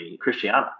Christiana